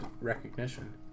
recognition